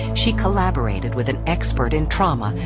she collaborated with an expert in trauma,